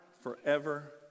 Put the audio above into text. forever